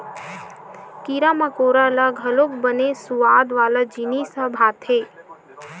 कीरा मकोरा ल घलोक बने सुवाद वाला जिनिस ह भाथे